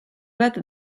bat